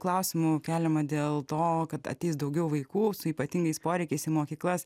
klausimų keliama dėl to kad ateis daugiau vaikų su ypatingais poreikiais į mokyklas